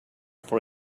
for